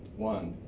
one,